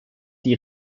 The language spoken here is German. die